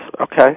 Okay